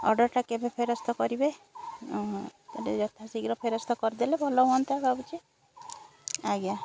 ଅର୍ଡ଼ରଟା କେବେ ଫେରସ୍ତ କରିବେ ଯଦି ଯଥା ଶୀଘ୍ର ଫେରସ୍ତ କରିଦେଲେ ଭଲ ହୁଅନ୍ତା ଭାବୁଛି ଆଜ୍ଞା